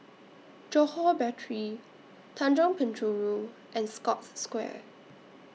Johore Battery Tanjong Penjuru and Scotts Square